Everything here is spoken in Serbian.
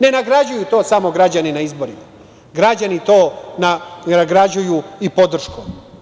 Ne nagrađuju to samo građani na izborima, građani to nagrađuju i podrškom.